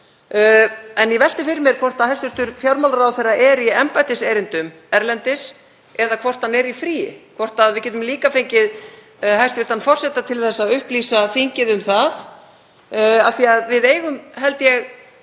En ég velti fyrir mér hvort hæstv. fjármálaráðherra er í embættiserindum erlendis eða hvort hann er í fríi, hvort við getum líka fengið hæstv. forseta til þess að upplýsa þingið um það. Af því að við eigum, held ég,